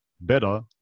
better